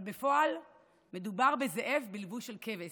אבל בפועל מדובר בזאב בלבוש של כבש.